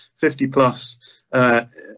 50-plus